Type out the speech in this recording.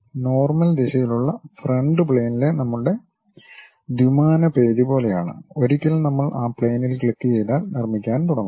ഇത് നോർമൽ ദിശയിലുള്ള ഫ്രണ്ട് പ്ലെയിനിലെ നമ്മളുടെ ദ്വിമാന പേജ് പോലെയാണ് ഒരിക്കൽ നമ്മൾ ആ പ്ലെയിനിൽ ക്ളിക്ക് ചെയ്താൽ നിർമ്മിക്കാൻ തുടങ്ങും